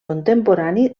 contemporani